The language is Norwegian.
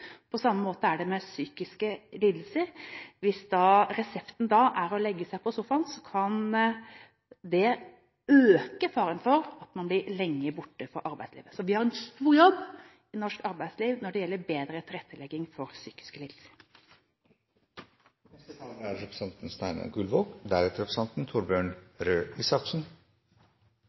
hvis resepten er å legge seg på sofaen, kan det øke faren for at man blir lenge borte fra arbeidslivet. Så vi har en stor jobb å gjøre i norsk arbeidsliv når det gjelder bedre tilrettelegging for psykiske